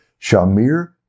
Shamir